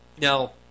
Now